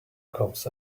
comes